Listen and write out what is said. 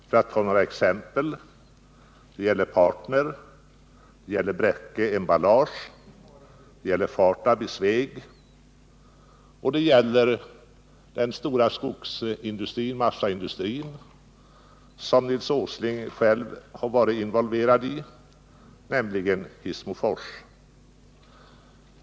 Låt mig nämna några exempel, nämligen Partner, Bräcke emballage, Fartab i Sveg och det stora massaindustriföretag som Nils Åsling själv har varit involverad i, nämligen Hissmofors.